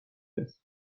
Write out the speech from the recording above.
است